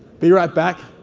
be right back,